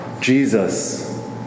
Jesus